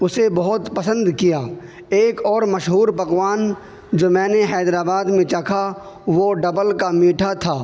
اسے بہت پسند کیا ایک اور مشہور پکوان جو میں نے حیدر آباد میں چکھا وہ ڈبل کا میٹھا تھا